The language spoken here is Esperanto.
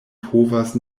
povas